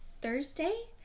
Thursday